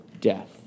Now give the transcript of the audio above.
death